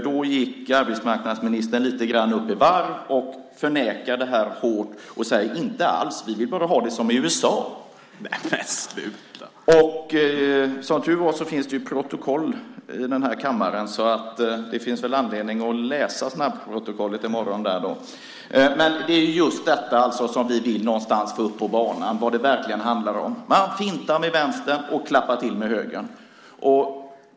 Då gick arbetsmarknadsministern lite grann upp i varv och förnekade det hårt. Han sade: Inte alls, vi vill bara ha det som i USA. Som tur är finns det protokoll i den här kammaren. Det finns väl anledning att läsa snabbprotokollet i morgon. Det är just det som det verkligen handlar om som vi vill få upp på banan. Man fintar med vänstern och klappar till med högern.